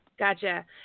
Gotcha